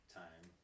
time